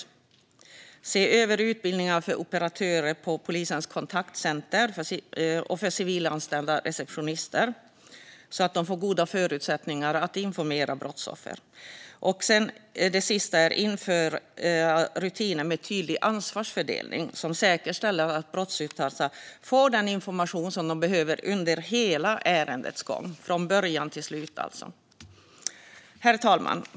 Dessutom ska man se över utbildningarna för operatörer på polisens kontaktcenter och för civilanställda receptionister så att de får goda förutsättningar att informera brottsoffer. Slutligen ska rutiner för tydlig ansvarsfördelning införas, som säkerställer att brottsutsatta får den information de behöver under hela ärendets gång - från början till slut. Herr talman!